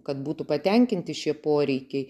kad būtų patenkinti šie poreikiai